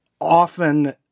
often—